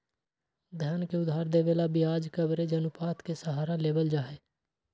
धन के उधार देवे ला ब्याज कवरेज अनुपात के सहारा लेवल जाहई